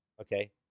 Okay